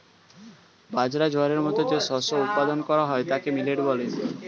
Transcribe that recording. বাজরা, জোয়ারের মতো যে শস্য উৎপাদন করা হয় তাকে মিলেট বলে